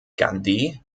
gandhi